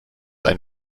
ein